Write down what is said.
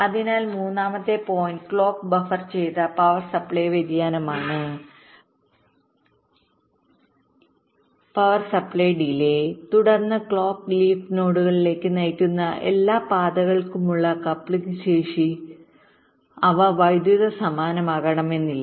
അതിനാൽ മൂന്നാമത്തെ point clock buffer ചെയ്ത പവർ സപ്ലൈ വ്യതിയാനമാണ്പിർ സപ്ലൈ delay തുടർന്ന് ക്ലോക്ക് ലീഫ് നോഡുകളിലേക്ക് നയിക്കുന്ന എല്ലാ പാതകൾക്കുമുള്ള കപ്ലിംഗ് ശേഷി അവ വൈദ്യുത സമാനമാകണമെന്നില്ല